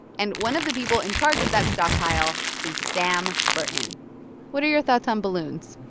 and one of the people in charge of that stockpile is sam burton what are your thoughts on balloons?